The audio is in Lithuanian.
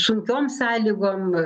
sunkiom sąlygom